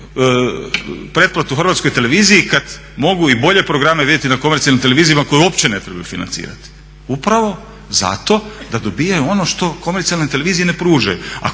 pretplatu Hrvatskoj televiziji kad mogu i bolje programe vidjeti na komercijalnim televizijama koje uopće ne trebaju financirati. Upravo zato da dobivaju ono što komercijalne televizije ne pružaju.